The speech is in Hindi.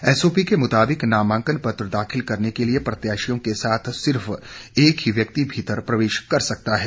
एसओपी के मुताबिक नामांकन पत्र दाखिल करने के लिये प्रत्याशियों के साथ सिर्फ एक ही व्यक्ति भीतर प्रवेश कर सकता है